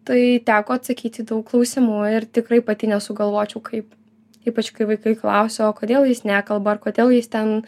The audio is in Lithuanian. tai teko atsakyt į daug klausimų ir tikrai pati nesugalvočiau kaip ypač kai vaikai klausia o kodėl jis nekalba ar kodėl jis ten